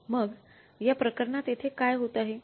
मग या प्रकरणात येथे काय होत आहे